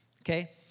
Okay